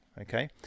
Okay